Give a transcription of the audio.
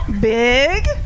Big